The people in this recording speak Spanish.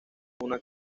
una